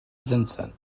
vincent